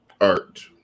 art